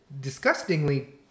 disgustingly